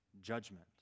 judgment